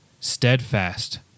steadfast